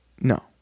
No